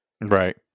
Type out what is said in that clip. Right